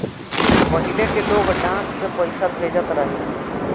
पहिले के लोग डाक से पईसा भेजत रहे